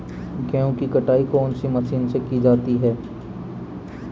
गेहूँ की कटाई कौनसी मशीन से की जाती है?